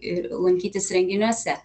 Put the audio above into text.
ir lankytis renginiuose